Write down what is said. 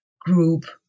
group